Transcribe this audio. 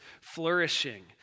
flourishing